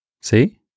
See